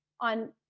on